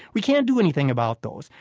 we can't do anything about those.